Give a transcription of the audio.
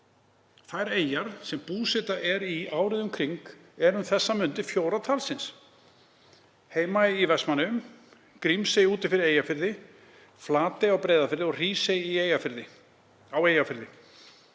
Þær eyjar sem búseta er í árið um kring eru um þessar mundir fjórar talsins, Heimaey í Vestmannaeyjum, Grímsey úti fyrir Eyjafirði, Flatey á Breiðafirði og Hrísey á Eyjafirði.